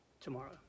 tomorrow